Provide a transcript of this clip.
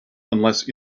unless